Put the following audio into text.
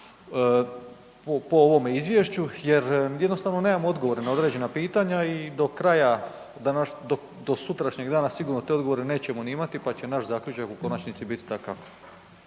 po ovome Izvješću jer jednostavno nemamo odgovore na određena pitanja i do sutrašnjeg dana sigurno te odgovore nećemo niti imati, pa će naš zaključak u konačnici biti takav.